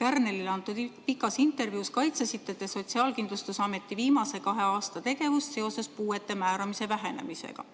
Kärnerile antud pikas intervjuus kaitsesite te Sotsiaalkindlustusameti viimase kahe aasta tegevust seoses puuete määramise vähenemisega.